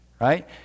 right